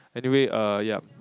anyway uh yup